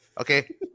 Okay